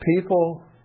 people